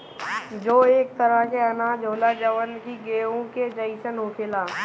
जौ एक तरह के अनाज होला जवन कि गेंहू के जइसन होखेला